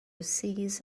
cease